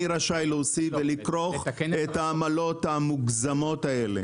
מי רשאי לכרוך את העמלות המוגזמות האלה?